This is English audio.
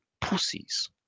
pussies